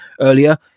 earlier